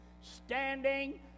Standing